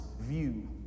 view